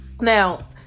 now